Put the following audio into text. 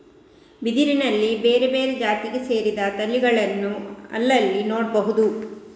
ಬಿದಿರಿನಲ್ಲಿ ಬೇರೆ ಬೇರೆ ಜಾತಿಗೆ ಸೇರಿದ ತಳಿಗಳನ್ನ ಅಲ್ಲಲ್ಲಿ ನೋಡ್ಬಹುದು